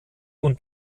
und